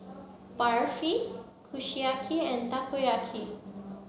Barfi Kushiyaki and Takoyaki